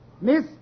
Miss